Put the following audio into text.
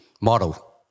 model